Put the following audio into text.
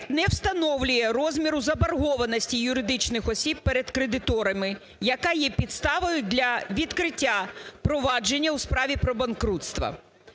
не встановлює розміру заборгованості юридичних осіб перед кредиторами, яка є підставою для відкриття провадження у справі про банкрутство,